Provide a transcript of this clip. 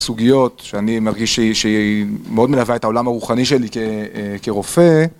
סוגיות שאני מרגיש שהיא מאוד מלווה את העולם הרוחני שלי כרופא.